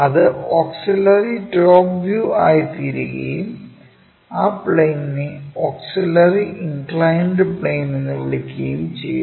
അത് auxiliary top view ആയിത്തീരുകയും ആ പ്ലെയിനിനെ ഓക്സിലറി ഇൻക്ലൈൻഡ് പ്ലെയിൻ എന്ന് വിളിക്കുകയും ചെയ്യുന്നു